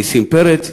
נסים פרץ,